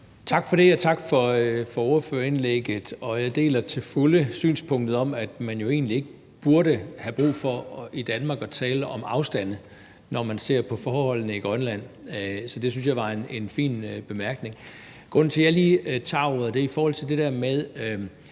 Tak for det, og tak for ordførerindlægget. Jeg deler til fulde synspunktet om, at man jo egentlig ikke i Danmark burde have brug for at tale om afstande, når man ser på forholdene i Grønland. Så det synes jeg var en fin bemærkning. Grunden til, at jeg lige tager ordet, er i forhold til det der med